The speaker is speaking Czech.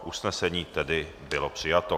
Usnesení tedy bylo přijato.